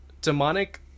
demonic